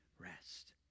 rest